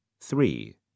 Three